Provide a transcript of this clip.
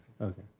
Okay